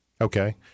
Okay